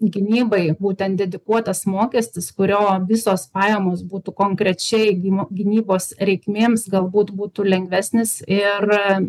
gynybai būtent dedikuotas mokestis kurio visos pajamos būtų konkrečiai gimo gynybos reikmėms galbūt būtų lengvesnis ir